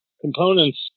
components